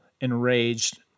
enraged